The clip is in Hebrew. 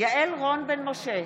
יעל רון בן משה,